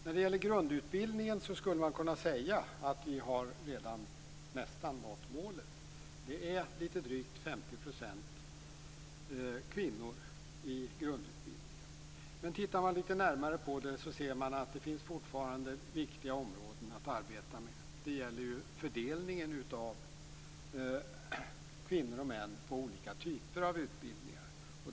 Om grundutbildningen skulle man kunna säga att vi nästan nått målet. Det är litet drygt 50 % kvinnor i grundutbildningen. Men tittar man litet närmare på saken ser man att det fortfarande finns viktiga områden att arbeta med. Ett är fördelningen av kvinnor och män på olika typer av utbildningar.